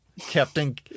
Captain